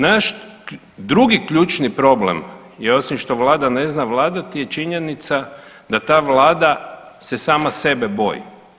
Naš drugi ključni problem je osim što Vlada ne zna vladati je činjenica da ta Vlada se sama sebe boji.